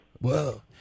Whoa